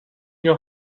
your